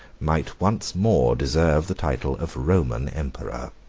might once more deserve the title of roman emperor.